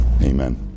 Amen